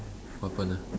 what happen ah